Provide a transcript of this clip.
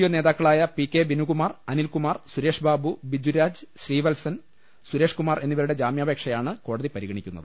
O നേതാക്കളായ P K Vinukumar Anilkumar Suresh Babu Biju Raj Sreevalsan Suresh Kumar എന്നിവരുടെ ജാമ്യാപേക്ഷയാണ് കോടതി പരിഗണിക്കുന്നത്